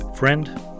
Friend